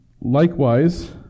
Likewise